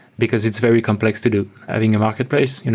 because it's very complex to do. i think a marketplace, you know